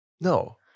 No